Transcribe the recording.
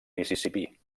mississipí